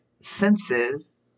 senses